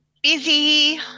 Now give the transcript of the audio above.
busy